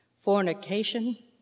fornication